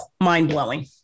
mind-blowing